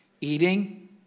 Eating